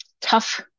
tough